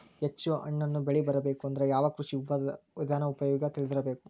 ಹೆಚ್ಚು ಹಣ್ಣನ್ನ ಬೆಳಿ ಬರಬೇಕು ಅಂದ್ರ ಯಾವ ಕೃಷಿ ವಿಧಾನ ಉಪಯೋಗ ತಿಳಿದಿರಬೇಕು?